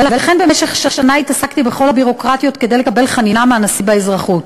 ולכן במשך שנה התעסקתי בכל הביורוקרטיות כדי לקבל חנינה מהנשיא באזרחות.